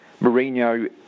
Mourinho